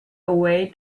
away